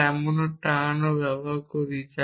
আমরা এমন টার্নও ব্যবহার করি